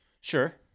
Sure